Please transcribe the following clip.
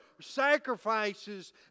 sacrifices